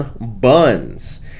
Buns